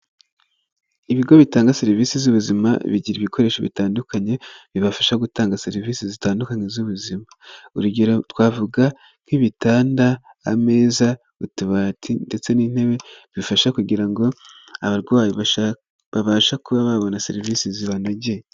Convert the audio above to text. Ibigo bitanga serivisi z'ubuzima bigira ibikoresho bitandukanye bibafasha gutanga serivisi zitandukanye z'ubuzima, urugero, twavuga: nk'ibitanda, ameza ,utubati ndetse n'intebe bifasha kugira ngo abarwayi babashe kuba babona serivisi zibanogeye.